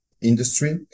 industry